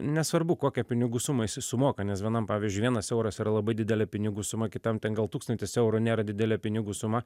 nesvarbu kokią pinigų sumą jisai sumoka nes vienam pavyzdžiui vienas euras yra labai didelė pinigų sumą kitam gal tūkstantis eurų nėra didelė pinigų suma